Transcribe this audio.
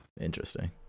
Interesting